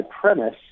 premise